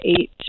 eight